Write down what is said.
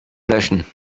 löschen